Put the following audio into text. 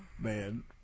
Man